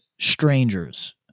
strangers